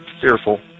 fearful